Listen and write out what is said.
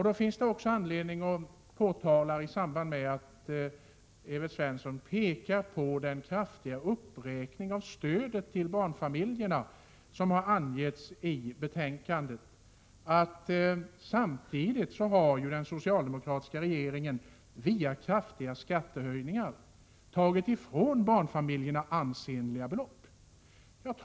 Då finns det också anledning att påtala — i samband med att Evert Svensson pekar på den kraftiga uppräkning av stödet till barnfamiljerna som har angetts i betänkandet — att den socialdemokratiska regeringen samtidigt via kraftiga skattehöjningar har tagit ifrån barnfamiljerna ansenliga belopp.